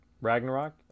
Ragnarok